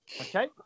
okay